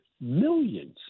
millions